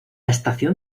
estación